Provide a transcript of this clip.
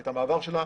את המעבר שלה,